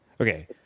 Okay